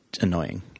annoying